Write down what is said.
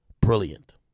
Brilliant